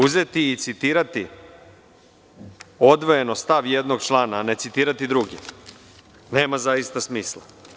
Uzeti i citirati odvojeno stav jednog člana, a ne citirati drugi, nema zaista smisla.